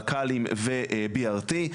רק"לים ו-BRT,